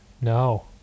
No